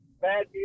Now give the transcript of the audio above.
bad